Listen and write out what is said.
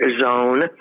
zone